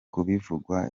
kubivugwa